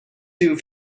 two